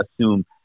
assume